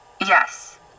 Yes